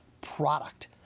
product